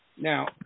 Now